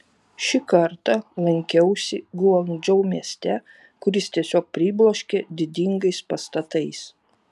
šį kartą lankiausi guangdžou mieste kuris tiesiog pribloškė didingais pastatais